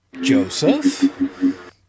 Joseph